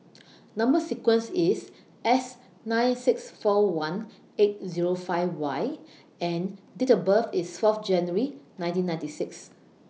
Number sequence IS S nine six four one eight Zero five Y and Date of birth IS four January nineteen ninety six